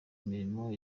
imirimo